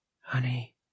Honey